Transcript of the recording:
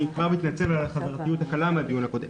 אני כבר מתנצל על החזרתיות הקלה מהדיון הקודם.